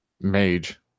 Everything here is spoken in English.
mage